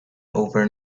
over